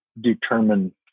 determine